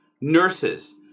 nurses